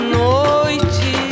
noite